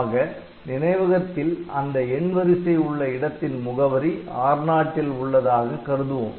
ஆகநினைவகத்தில் அந்த எண்வரிசை உள்ள இடத்தின் முகவரி R0 ல் உள்ளதாக கருதுவோம்